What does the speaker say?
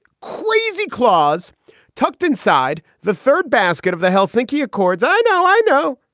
queezy clause tucked inside the third basket of the helsinki accords. i know, i know.